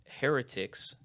heretics